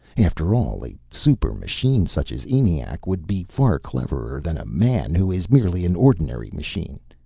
after all, a super-machine, such as eniac, would be far cleverer than a man, who is merely an ordinary machine.